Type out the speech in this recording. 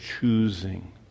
choosing